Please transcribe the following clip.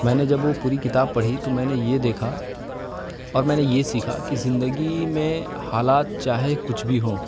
میں نے جب وہ پوری کتاب پڑھی تو میں نے یہ دیکھا اور میں نے یہ سیکھا کہ زندگی میں حالات چاہے کچھ بھی ہوں